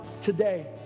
today